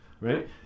right